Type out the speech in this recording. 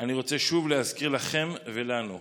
אני רוצה שוב להזכיר לכם ולנו: